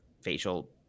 facial